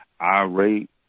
irate